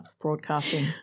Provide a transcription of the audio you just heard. broadcasting